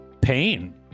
Pain